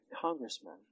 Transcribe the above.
congressman